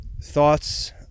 thoughts